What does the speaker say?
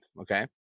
Okay